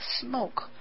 smoke